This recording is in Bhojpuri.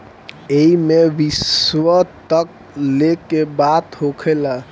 एईमे विश्व तक लेके बात होखेला